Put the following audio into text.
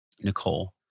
Nicole